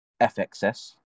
FXS